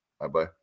Bye-bye